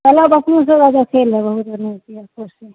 चलब अपनोसब बहुत बढ़िआँ